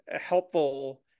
helpful